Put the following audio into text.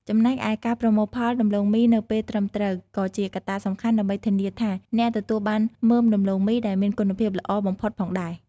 ចំណែកឯការប្រមូលផលដំឡូងមីនៅពេលត្រឹមត្រូវ ក៏ជាកត្តាសំខាន់ដើម្បីធានាថាអ្នកទទួលបានមើមដំឡូងមីដែលមានគុណភាពល្អបំផុតផងដែរ។